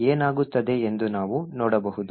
ಏನಾಗುತ್ತದೆ ಎಂದು ನಾವು ನೋಡಬಹುದು